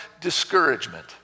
discouragement